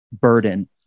burden